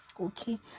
Okay